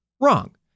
wrong